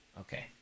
Okay